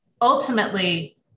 ultimately